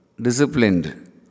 disciplined